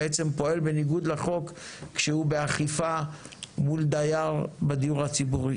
בעצם פועל בניגוד לחוק כשהוא באכיפה מול דייר בדיור הציבורי?